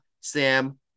Sam